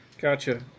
Gotcha